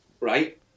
right